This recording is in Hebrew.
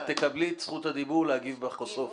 את תקבלי את זכות הדיבור בסוף.